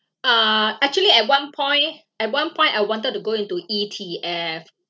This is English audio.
uh actually at one point at one point I wanted to go into E_T_F